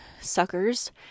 suckers